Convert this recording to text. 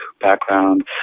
background